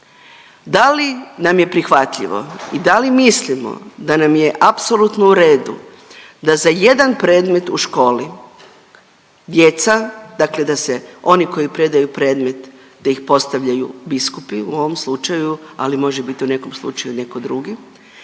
da li nam je prihvatljivo i da li mislimo da nam je apsolutno u redu da za jedan predmet u školi djeca, dakle da se oni koji predaju predmet da ih postavljaju biskupi u ovom slučaju, ali može bit u nekom slučaju neko drugi,